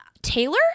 Taylor